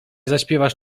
zaśpiewasz